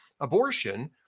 abortion